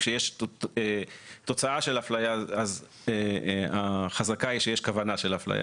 כאשר ישנה תוצאה של אפליה אז החזקה היא שיש כוונה של אפליה.